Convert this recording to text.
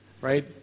right